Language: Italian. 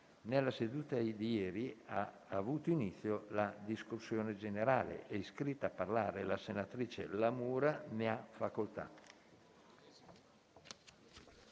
relazione orale e ha avuto inizio la discussione generale. È iscritta a parlare la senatrice La Mura. Ne ha facoltà.